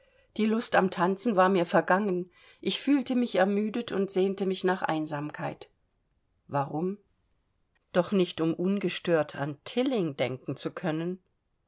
die lust am tanzen war mir vergangen ich fühlte mich ermüdet und sehnte mich nach einsamkeit warum doch nicht um ungestört an tilling denken zu können